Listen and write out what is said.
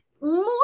more